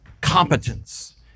competence